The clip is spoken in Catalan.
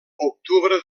octubre